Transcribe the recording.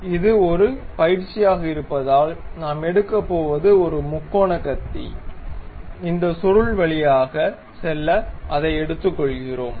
எனவே இது ஒரு பயிற்சியாக இருப்பதால் நாம் எடுக்கப்போவது ஒரு முக்கோண கத்தி இந்த சுருள் வழியாக செல்ல அதை எடுத்துக்கொள்கிறோம்